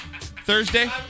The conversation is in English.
Thursday